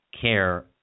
care